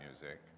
music